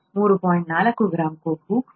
4 gram ಕೊಬ್ಬು 4